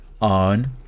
on